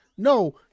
No